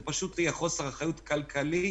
זה פשוט יהיה חוסר אחריות מבחינה כלכלית,